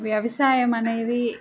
వ్యవసాయం అనేది